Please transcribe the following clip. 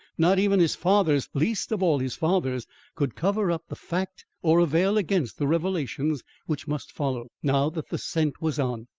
not even his father's least of all his father's could cover up the fact or avail against the revelations which must follow, now that the scent was on.